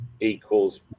equals